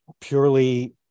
purely